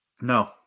No